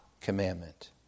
commandment